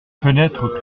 fenêtres